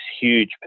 huge